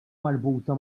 marbuta